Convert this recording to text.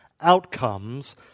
outcomes